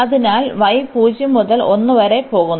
അതിനാൽ y 0 മുതൽ 1 വരെ പോകുന്നു